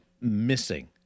missing